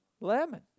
Lemon